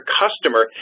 customer